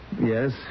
Yes